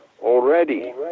already